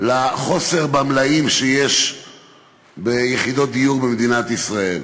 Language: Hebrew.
לחוסר במלאים של יחידות דיור במדינת ישראל.